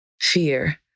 Fear